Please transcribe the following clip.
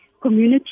community